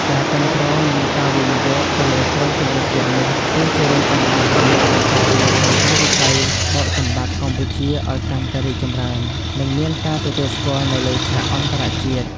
ការគាំទ្រ និងការវិនិយោគទៅលើក្រុមជម្រើសជាតិនេះ គឺជារឿងចាំបាច់ដើម្បីបន្តលើកកម្ពស់វិស័យបោកចំបាប់កម្ពុជាឲ្យកាន់តែរីកចម្រើន និងមានការទទួលស្គាល់នៅលើឆាកអន្តរជាតិ។